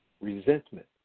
resentment